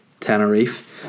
Tenerife